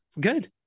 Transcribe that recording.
Good